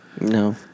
No